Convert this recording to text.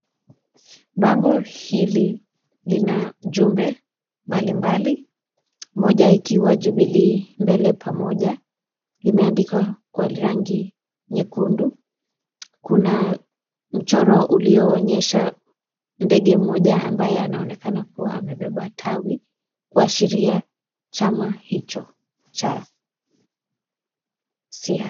Mbango hili lina jumbe balimbali. Moja ikiwa Jubilee mbele pamoja. Limeandikwa kwa rangi nyekundu. Kuna mchoro ulioonyesha ndege moja ambaye anonekana kuwa ambebeba tawi, kwashiria chama hicho cha siasa.